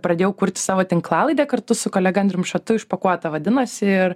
pradėjau kurti savo tinklalaidę kartu su kolega andrium šatu išpakuota vadinosi ir